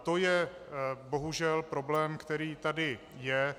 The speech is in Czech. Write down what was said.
To je bohužel problém, který tady je.